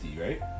right